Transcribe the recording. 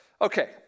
Okay